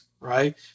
Right